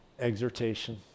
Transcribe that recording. exhortation